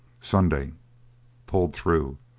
sunday pulled through.